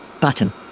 Button